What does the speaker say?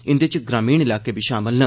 इंदे च ग्रामीण इलाके बी षामिल न